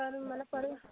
तर मला परे